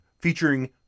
featuring